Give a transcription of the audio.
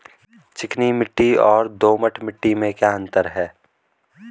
चिकनी मिट्टी और दोमट मिट्टी में क्या अंतर है?